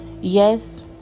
Yes